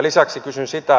lisäksi kysyn